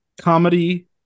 comedy